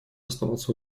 оставаться